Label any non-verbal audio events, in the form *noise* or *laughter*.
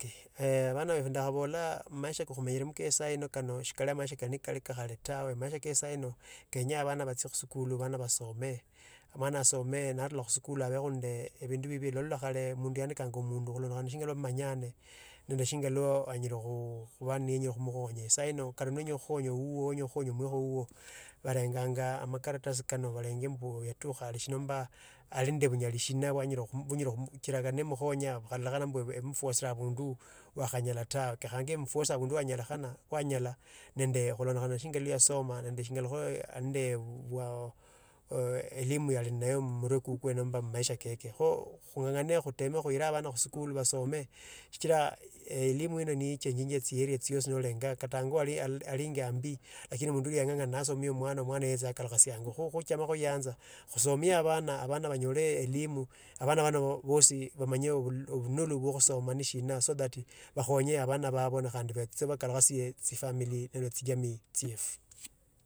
*hesitation* eeh bhana bi ndakhabola mumaisha ka khumenyeromo haya sana kano sikara amaisha kali ka khale tawe maisha ke sahino kenya abana batsie khusikulu abana basome abana abasome narura khuusikula abakho nende ebendo bubie. Nolala khale mundu yaandikanga omundu kholondokhananga shingana buso mumanyani nende shinga lwo anyola khuba nienye khumukhonya. Sairo kato noenya khukhonya wuwo nomba mukhauwowa boenganya amakaratasi kano baenge mbu yatukha hali shina nomba ali nende bunyoli shina bunyala *unintelligible* khumukhonya. Kata nemokhunya kelolokhanga mbu emu *hesitation* emufesere abundu wanyalikhana nande khulundo khana iwa yasoma nande shinyana o nende *hesitation* eeh elimu halinaye mmurukukhu ee nomba mmaisha kekwe. Kho khungangane khutema khuire obana khusikulu basome shichira *hesitation* ee elimu ino niyo ehihana tsieria tsiosi kata ango *hesitation* ali alingambi, lakini omundu yangangana nasomia omwana mwana yesu nakalukhasia ango. Khokhochamo na khuyanza khusomie abana abana banyole elimu abana bano bosi bamanye obulhu obunulu bwe khusoma nishina so that bakhonye abana baba nekhandi batsi bakodukhatsio tsifamily na ne tsijamii tsiefu.